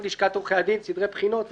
לשכת עורכי הדין (סדרי בחינות וכו').